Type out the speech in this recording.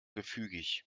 gefügig